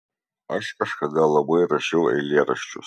aš kažkada labai rašiau eilėraščius